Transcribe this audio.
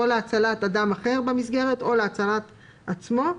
או להצלת אדם אחר במסגרת או להצלת עצמו,